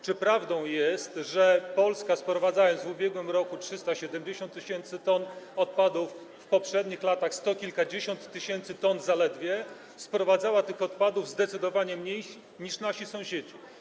Czy prawdą jest, że Polska, sprowadzając w ubiegłym roku 370 tys. t odpadów, w poprzednich latach zaledwie sto kilkadziesiąt tysięcy ton, sprowadzała tych odpadów zdecydowanie mniej niż nasi sąsiedzi?